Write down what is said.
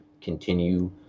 continue